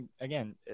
again